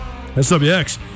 SWX